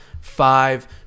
five